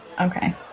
Okay